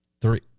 three